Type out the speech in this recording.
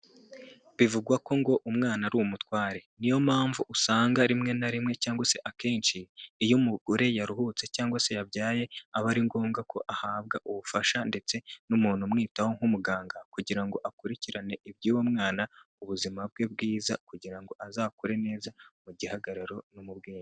Bivugwa ko ngo umwana ari umutware, niyo mpamvu usanga rimwe na rimwe cyangwa se akenshi iyo umugore yaruhutse cyangwa se yabyaye aba ari ngombwa ko ahabwa ubufasha ndetse n'umuntu umwitaho nk'umuganga, kugira ngo akurikirane iby'uwo mwana ubuzima bwe bwiza kugira ngo azakure neza mu gihagararo no mu bwenge.